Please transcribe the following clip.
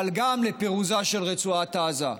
אבל גם לפירוזה של רצועת עזה.